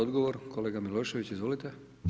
Odgovor kolega Milošević, izvolite.